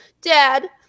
Dad